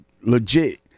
legit